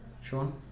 Sean